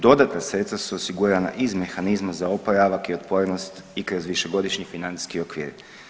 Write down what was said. Dodatna sredstva su osigurana iz mehanizma za oporavak i otpornost i kroz višegodišnji financijski okvir.